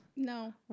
No